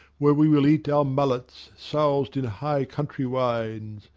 where we will eat our mullets, soused in high-country wines,